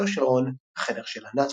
ביתו של רון "החדר של ענת".